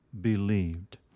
believed